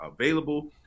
available